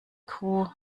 kuh